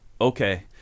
Okay